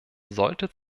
sollte